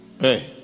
Hey